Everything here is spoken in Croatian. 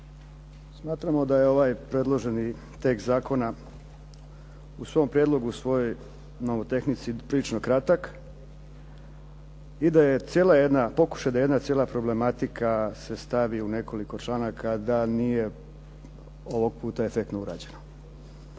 Smatramo da je ovaj predloženi tekst zakona u svom prijedlogu, u svoj nomotehnici prilično kratak i da je cijela jedna, pokušaj, da jedna cijela problematika se stavi u nekoliko članaka da nije ovog puta efektno urađeno.